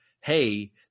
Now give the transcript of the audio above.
hey